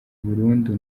burundu